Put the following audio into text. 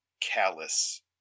callous